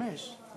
לא, חמש.